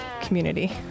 community